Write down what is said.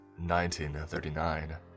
1939